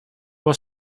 were